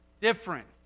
different